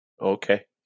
Okay